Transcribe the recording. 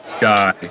guy